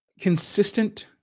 consistent